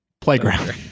Playground